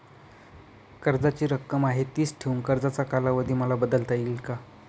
कर्जाची रक्कम आहे तिच ठेवून कर्जाचा कालावधी मला बदलता येईल का?